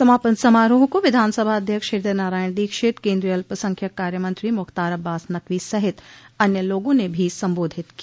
समापन समारोह को विधानसभा अध्यक्ष हृदय नारायण दीक्षित केन्द्रीय अल्पसंख्यक कार्य मंत्री मुख्तार अब्बास नकवी सहित अन्य लोगों ने भी संबोधित किया